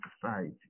society